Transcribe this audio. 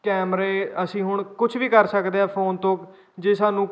ਕੈਮਰੇ ਅਸੀਂ ਹੁਣ ਕੁਛ ਵੀ ਕਰ ਸਕਦੇ ਹਾਂ ਫੋਨ ਤੋਂ ਜੇ ਸਾਨੂੰ